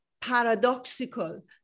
paradoxical